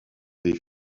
des